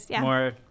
more